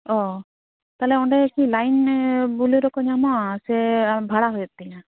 ᱚ ᱛᱟᱦᱚᱞᱮ ᱚᱸᱰᱮ ᱠᱤ ᱞᱟᱭᱤᱱ ᱵᱳᱞᱮᱨᱳ ᱠᱚ ᱧᱟᱢᱚᱜᱼᱟ ᱥᱮ ᱵᱷᱟᱲᱟ ᱦᱩᱭᱩᱜ ᱛᱤᱧᱟᱹ